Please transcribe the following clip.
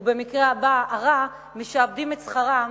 ובמקרה הרע הם משעבדים את שכרם